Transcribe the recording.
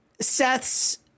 Seth's